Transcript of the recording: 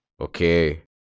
Okay